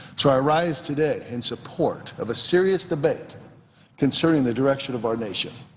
so i rise today in support of a serious debate concerning the direction of our nation.